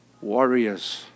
warriors